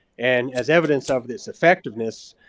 and as evidence of this effectiveness,